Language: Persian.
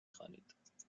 خوانید